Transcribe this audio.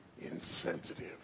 insensitive